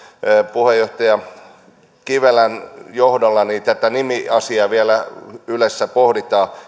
puheenjohtaja kivelän johdolla tätä nimiasiaa vielä ylessä pohditaan